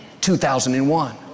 2001